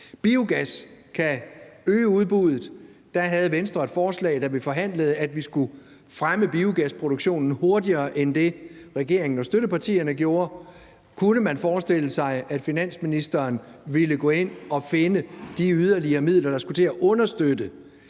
Biogas kan øge udbuddet. Der havde Venstre et forslag, der blev forhandlet, om, at vi skulle fremme biogasproduktionen hurtigere end det, regeringen og støttepartierne gjorde. Kunne man forestille sig, at finansministeren ville gå ind at finde de yderligere midler, der skulle til for at understøtte